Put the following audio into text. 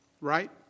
right